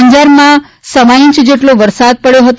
અંજારમાં સવા ઇંચ જેટલો વરસાદ પડ્યો હતો